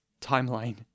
timeline